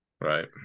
Right